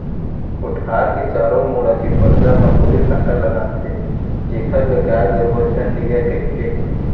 कोठार के चारों मुड़ा के परदा म बोइर कांटा लगाथें जेखर ले गाय गरुवा झन निगय कहिके